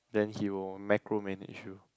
then he will macro manage you